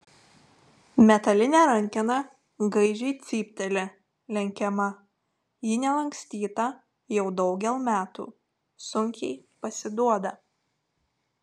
metalinė rankena gaižiai cypteli lenkiama ji nelankstyta jau daugel metų sunkiai pasiduoda